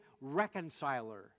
reconciler